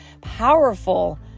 powerful